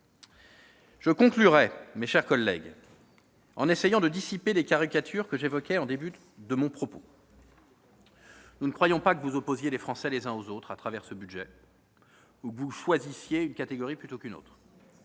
Je conclurai, mes chers collègues, en essayant de dissiper les caricatures que j'évoquais au début de mon propos. Nous ne croyons pas que vous opposiez les Français les uns aux autres au travers de ce budget, ou que vous choisissiez une catégorie plutôt qu'une autre.